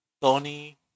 Tony